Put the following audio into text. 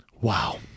wow